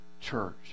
church